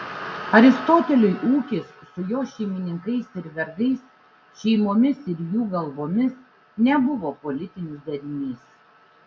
aristoteliui ūkis su jo šeimininkais ir vergais šeimomis ir jų galvomis nebuvo politinis darinys